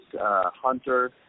hunter